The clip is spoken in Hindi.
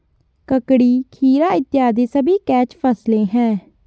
ककड़ी, खीरा इत्यादि सभी कैच फसलें हैं